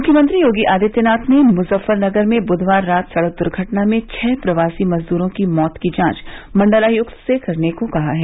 मुख्यमंत्री योगी आदित्यनाथ ने मुजफ्फरनगर में बुधवार रात सड़क दुर्घटना में छह प्रवासी मजदूरों की मौत की जांच मंडलायुक्त से करने को कहा है